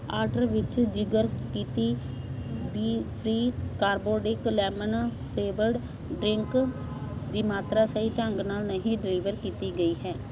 order ਵਿੱਚ ਜ਼ਿਕਰ ਕੀਤੀ ਬੀਫ੍ਰੀ ਕਾਰਬੋਨੇਟਿਡ ਲੇਮਨ ਫਲੇਵਰਡ ਡਰਿੰਕ ਦੀ ਮਾਤਰਾ ਸਹੀ ਢੰਗ ਨਾਲ ਨਹੀਂ ਡਿਲੀਵਰ ਕੀਤੀ ਗਈ ਹੈ